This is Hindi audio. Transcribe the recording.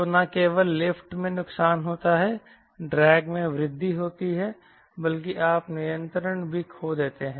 तो न केवल लिफ्ट में नुकसान होता है ड्रैग में वृद्धि होती है बल्कि आप नियंत्रण भी खो देते हैं